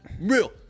real